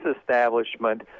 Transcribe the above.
establishment